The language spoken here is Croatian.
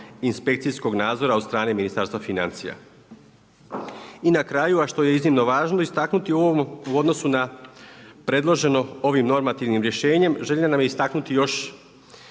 inspekcijskog nadzora od strane Ministarstva financija. I na kraju, a što je iznimno važno istaknuti u odnosu na predloženo ovim normativnim rješenjem želja nam je istaknuti još